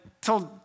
told